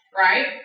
Right